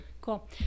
cool